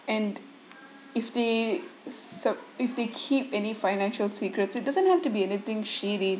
and if they sup~ if they keep any financial secrets it doesn't have to be anything shady